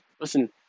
Listen